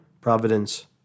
providence